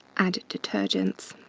add detergents.